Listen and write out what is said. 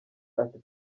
ati